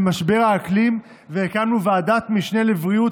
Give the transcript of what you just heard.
למשבר האקלים והקמנו ועדת משנה לבריאות,